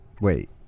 Wait